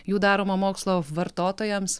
jų daromą mokslo vartotojams